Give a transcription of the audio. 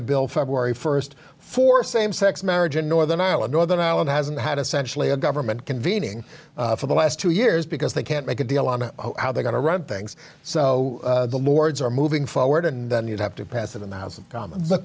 a bill february first for same sex marriage in northern ireland northern ireland hasn't had essentially a government convening for the last two years because they can't make a deal on how they're going to run things so the lords are moving forward and then you have to pass it in the house of commons t